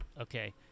okay